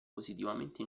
positivamente